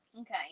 Okay